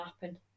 happen